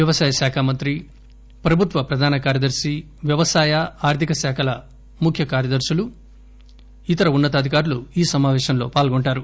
వ్యవసాయ శాఖ మంత్రి ప్రభుత్వ ప్రధాన కార్యదర్శి వ్యవసాయ ఆర్థిక శాఖల ముఖ్య కార్యదర్శులు ఇతర ఉన్న తాధికారులు ఈ సమాపేశంలో పాల్గొంటారు